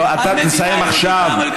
אתה תסיים עכשיו.